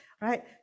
right